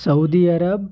سعودی عرب